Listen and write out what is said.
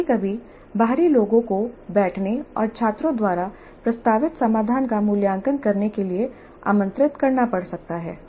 कभी कभी बाहरी लोगों को बैठने और छात्रों द्वारा प्रस्तावित समाधान का मूल्यांकन करने के लिए आमंत्रित करना पड़ सकता है